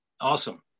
Awesome